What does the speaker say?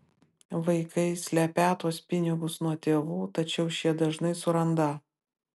vaikai slepią tuos pinigus nuo tėvų tačiau šie dažnai surandą